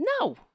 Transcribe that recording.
no